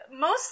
Mostly